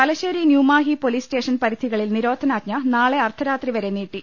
Thalassery New Mahe police station പരിധികളിൽ നിരോ ധനാജ്ഞ നാളെ അർദ്ധരാത്രിവരെ നീട്ടി